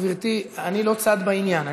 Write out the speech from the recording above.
גברתי, אני לא צד בעניין.